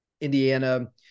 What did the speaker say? Indiana